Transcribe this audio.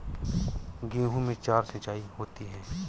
गेहूं में चार सिचाई होती हैं